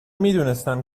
میدونستم